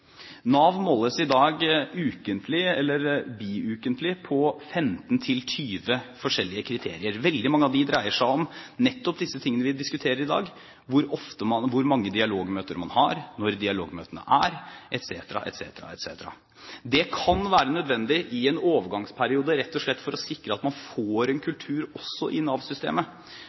Nav måles i dag ukentlig eller biukentlig på 15–20 forskjellige kriterier. Veldig mange av dem dreier seg nettopp om disse tingene vi diskuterer i dag, hvor mange dialogmøter man har, når dialogmøtene er, etc. etc. Det kan være nødvendig i en overgangsperiode rett og slett for å sikre at man får en kultur også i